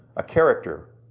a character,